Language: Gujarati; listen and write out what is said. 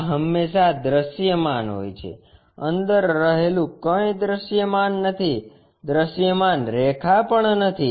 આ હંમેશાં દૃશ્યમાન હોય છે અંદર રહેલું કંઈ દૃશ્યમાન નથી દૃશ્યમાન રેખા પણ નથી